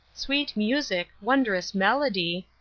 sweet music, wondrous melody,